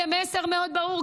כמסר מאוד ברור,